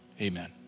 Amen